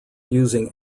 using